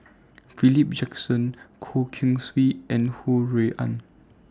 Philip Jackson Goh Keng Swee and Ho Rui An